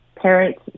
Parents